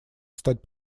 стать